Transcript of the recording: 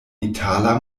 itala